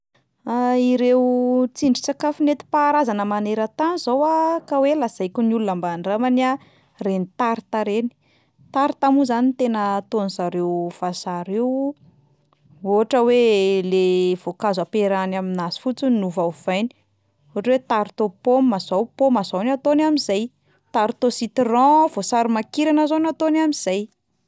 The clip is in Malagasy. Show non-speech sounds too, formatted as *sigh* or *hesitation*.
*hesitation* Ireo tsindrin-tsakafo nentim-paharazana maneran-tany zao a ka hoe lazaiko ny olona mba handramany a: ireny tarte reny, tarte moa zany no tena ataon'zareo vazaha ireo, ohatra hoe le voankazo ampiarahany aminazy fotsiny no ovaovainy, ohatra hoe tarte au pomme zao paoma zao no ataony amin'izay, tarte au citron voasary makirana zao no ataony amin'izay.